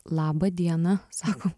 labą dieną sakom